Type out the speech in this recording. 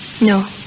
No